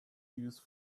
used